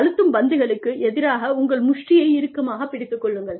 அழுத்தும் பந்துகளுக்கு எதிராக உங்கள் முஷ்டியை இறுக்கமாக பிடுங்கிக் கொள்ளுங்கள்